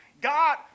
God